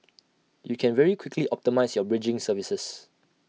you can very quickly optimise your bridging services